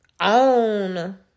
own